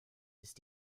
ist